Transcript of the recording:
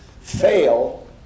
fail